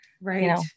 Right